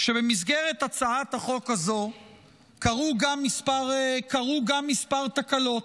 במסגרת הצעת החוק הזו קרו גם כמה תקלות,